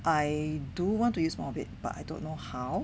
I do want to use more of it but I don't know how